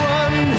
one